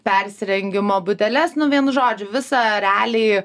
persirengimo būdeles nu vienu žodžiu visa realiai